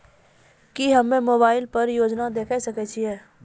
की हम्मे मोबाइल पर योजना देखय सकय छियै?